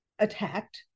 attacked